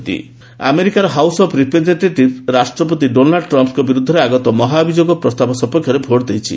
Trump ଆମେରିକାର house of representatives ରାଷ୍ଟ୍ରପତି Donald ଟ୍ମ୍ଙ୍କ ବିରୋଧରେ ଆଗତ ମହାଅଭିଯୋଗ ପ୍ସ୍ତାବ ସପକ୍ଷରେ ଭୋଟ୍ ଦେଇଛି